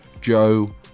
Joe